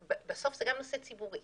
ובסוף זה גם נושא ציבורי.